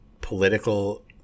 political